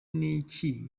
n’iki